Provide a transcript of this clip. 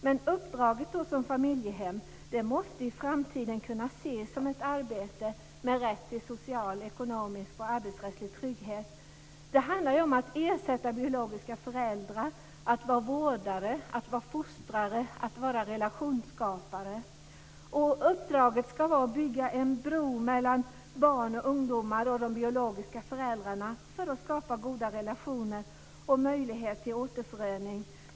Men uppdraget som familjehem måste i framtiden kunna ses som ett arbete med rätt till social, ekonomisk och arbetsrättslig trygghet. Det handlar om att familjehemmen ska ersätta biologiska föräldrar. De ska vara vårdare, fostrare och relationsskapare. Familjehemmens uppdrag är att bygga en bro mellan barn och ungdomar och de biologiska föräldrarna för att skapa goda relationer och möjlighet till återförening.